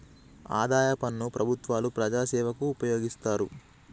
ఆదాయ పన్ను ప్రభుత్వాలు ప్రజాసేవకు ఉపయోగిస్తారు